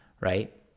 right